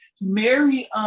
Mary